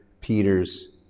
Peter's